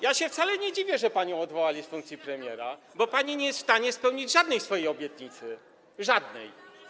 Ja się wcale nie dziwię, że odwołali panią z funkcji premiera, bo pani nie jest w stanie spełnić żadnej swojej obietnicy - żadnej.